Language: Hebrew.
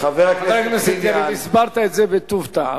חבר הכנסת יריב, הסברת את זה בטוב טעם.